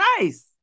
nice